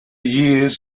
years